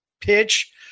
pitch